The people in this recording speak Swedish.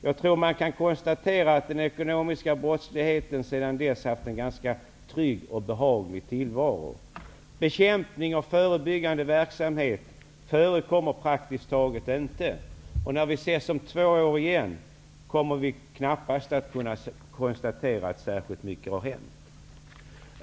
Jag tror att man kan konstatera att den ekonomiska brottsligheten sedan dess haft en ganska trygg och behaglig tillvaro. Bekämpning av förebyggande verksamhet förekommer praktiskt taget inte. Om vi ses om två år igen kommer vi knappast att kunna konstatera att särskilt mycket har hänt.